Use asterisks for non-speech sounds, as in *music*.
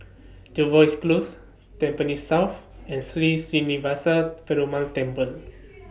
Jervois Close Tampines South and Sri Srinivasa Perumal Temple *noise*